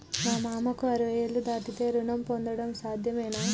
మా మామకు అరవై ఏళ్లు దాటితే రుణం పొందడం సాధ్యమేనా?